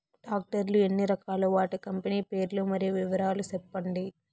Tractor లు ఎన్ని రకాలు? వాటి కంపెని పేర్లు మరియు వివరాలు సెప్పండి?